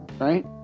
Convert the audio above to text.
right